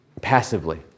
passively